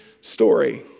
story